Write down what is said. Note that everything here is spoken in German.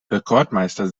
rekordmeister